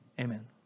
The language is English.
amen